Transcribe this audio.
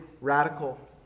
radical